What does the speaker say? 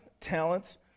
talents